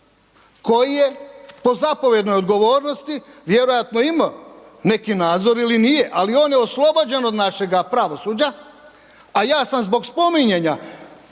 koji je po zapovjednoj odgovornosti vjerojatno imao neki nadzor ili nije, ali on je oslobođen od našega pravosuđa, a ja sam zbog spominjanja